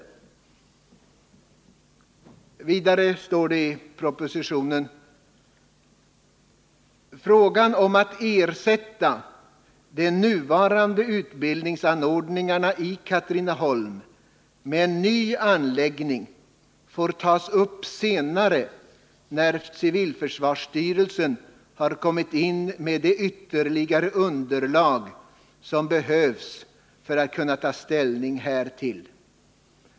Vidare står det i propositionen: ”Frågan om att ersätta de nuvarande utbildningsanordningarna i Katrineholm med en ny anläggning får tas upp senare när civilförsvarsstyrelsen har kommit in med det ytterligare underlag som behövs för att kunna ta ställning härtill.